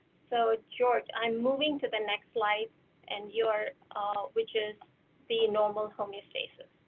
so george i'm moving to the next slide and your ah which is the normal homeostasis.